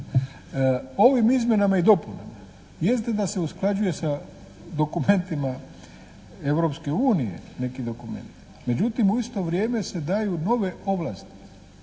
Ovim izmjenama i dopunama jeste da se usklađuje sa dokumentima Europske unije neki dokumenti, međutim u isto vrijeme se daju nove ovlasti